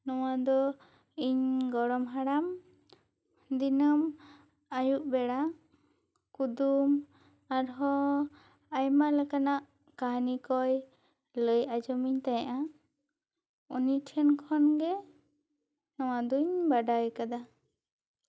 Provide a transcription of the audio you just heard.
ᱱᱚᱶᱟ ᱫᱚ ᱤᱧ ᱜᱚᱲᱚᱧ ᱦᱟᱲᱟᱢ ᱫᱤᱱᱟᱹᱢ ᱟᱹᱭᱩᱵ ᱵᱮᱲᱟ ᱠᱩᱫᱩᱢ ᱟᱨᱦᱚᱸ ᱟᱭᱢᱟ ᱞᱮᱠᱟᱱᱟᱜ ᱠᱟᱹᱦᱱᱤ ᱠᱚᱭ ᱞᱟᱹᱭ ᱟᱧᱡᱚᱢᱟᱹᱧ ᱛᱟᱦᱮᱸᱜᱼᱟ ᱩᱱᱤ ᱴᱷᱮᱱ ᱠᱷᱚᱱ ᱜᱮ ᱱᱚᱶᱟ ᱫᱩᱧ ᱵᱟᱰᱟᱭ ᱟᱠᱟᱫᱟ